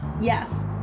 Yes